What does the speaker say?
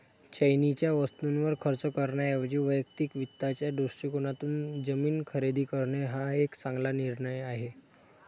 चैनीच्या वस्तूंवर खर्च करण्याऐवजी वैयक्तिक वित्ताच्या दृष्टिकोनातून जमीन खरेदी करणे हा एक चांगला निर्णय आहे